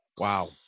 Wow